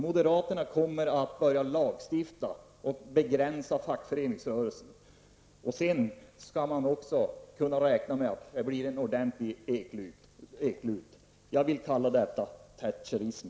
Moderaterna kommer att börja lagstifta och begränsa fackföreningsrörelsen. Men då kan man räkna med att det blir en ordentlig eklut. Jag vill kalla detta Thatcherism.